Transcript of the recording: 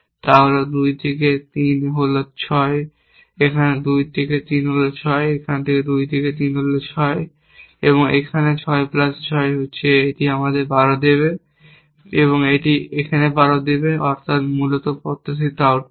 তা হল 2 থেকে 3 হল 6 এখানে 2 থেকে 3 হল 6 এখানে 2 থেকে 3 হল 6 এখানে এবং তারপর 6 যোগ 6 এটি আমাদের 12 দেবে এবং একটি 12 দেবে অর্থাৎ মূলত প্রত্যাশিত আউটপুট